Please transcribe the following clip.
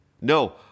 No